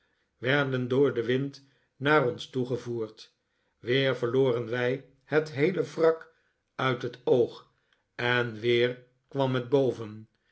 werden door den wind naar ons toegevoerd weer verloren wij het heele wrak uit het oog en weer kwam het boven